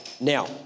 now